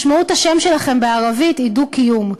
משמעות השם שלכם בערבית היא דו-קיום,